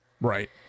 Right